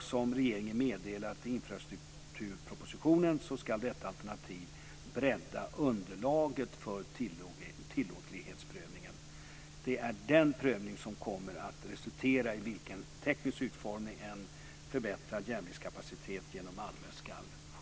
Som regeringen meddelat i infrastrukturpropositionen ska detta alternativ bredda underlaget för tillåtlighetsprövningen. Det är den prövningen som kommer att resultera i vilken teknisk utformning som en förbättrad järnvägskapacitet genom Malmö ska ske.